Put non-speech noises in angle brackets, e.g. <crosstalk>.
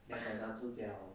<noise>